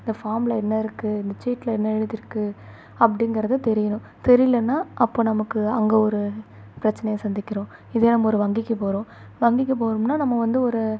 இந்த ஃபார்ம்ல என்ன இருக்குது இந்த சீட்ல என்ன எழுதிருக்கு அப்படிங்கறது தெரியணும் தெரியலன்னா அப்போ நமக்கு அங்கே ஒரு பிரச்சனையை சந்திக்கிறோம் இதே நம்ம ஒரு வங்கிக்கு போகிறோம் வங்கிக்கு போகிறோம்னா நம்ம வந்து ஒரு